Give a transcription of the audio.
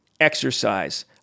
exercise